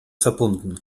verbunden